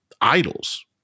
idols